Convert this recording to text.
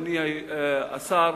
אדוני השר,